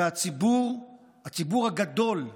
והציבור הגדול,